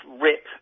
rip